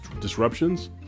disruptions